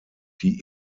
die